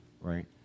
right